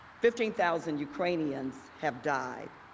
fifty thousand ukrainians have died